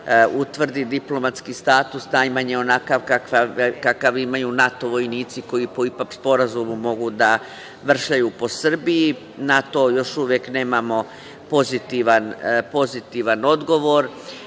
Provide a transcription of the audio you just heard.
utvrdi diplomatski status najmanje onakav kakav imaju NATO vojnici koji po IPA sporazumu mogu da vršljaju po Srbiji. Na to još uvek nemamo pozitivan odgovor. Drago